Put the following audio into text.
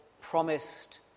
promised